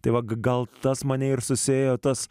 tai va gal tas mane ir susiėjo tas